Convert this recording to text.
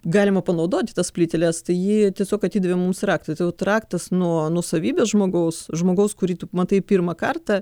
galima panaudoti tas plyteles tai ji tiesiog atidavė mums raktą tai vat raktas nuo nuosavybės žmogaus žmogaus kurį tu matai pirmą kartą